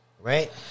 right